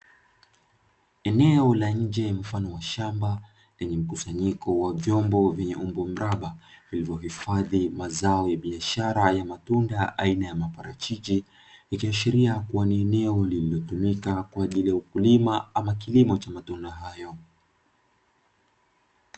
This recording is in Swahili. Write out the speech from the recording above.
Eneo la nje mfano wa shamba lenye mkusanyiko wa vyombo vyenye umbo mraba, vilivyohifadhi mazao y biashara ya matunda aina ya maparachichi. Ikiashiria kuwa ni eneo lililotumika kwa ajli ya ukulima au kilimo cha matunda hayo.